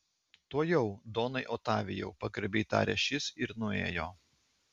tuojau donai otavijau pagarbiai tarė šis ir nuėjo